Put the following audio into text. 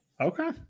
Okay